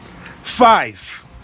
five